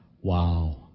Wow